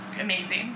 amazing